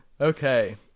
Okay